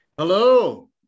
Hello